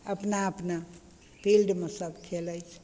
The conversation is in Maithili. अपना अपना फील्डमे सब खेलय छै